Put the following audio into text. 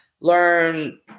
learn